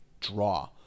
draw